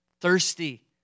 thirsty